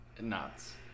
Nuts